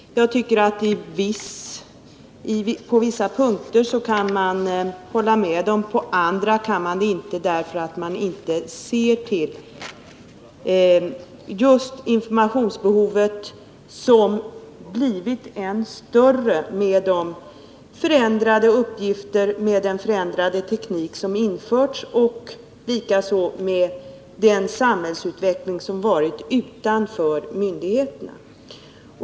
Jag tycker att man på vissa punkter kan hålla med. På andra kan man det inte, därför att rapporten inte ser till informationsbehovet som blivit än större med förändrade uppgifter, med den förändrade teknik som införts och med den samhällsutveckling som skett utanför myndigheterna.